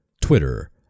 Twitter